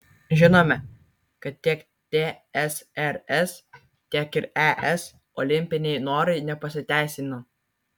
žinome kad tiek tsrs tiek ir es olimpiniai norai nepasiteisino